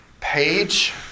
page